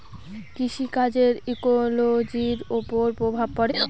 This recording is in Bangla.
কৃষি কাজের ইকোলোজির ওপর প্রভাব পড়ে